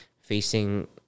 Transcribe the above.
facing